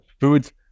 foods